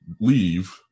leave